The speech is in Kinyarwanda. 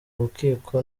rukiko